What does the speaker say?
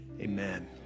Amen